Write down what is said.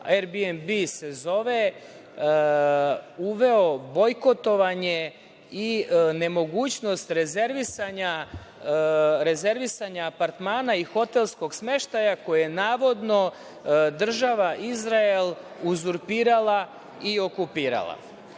RBNB se zove, uveo bojkotovanje i nemogućnost rezervisanja apartmana i hotelskog smeštaja koje je, navodno, država Izrael uzurpirala i okupirala. Znači,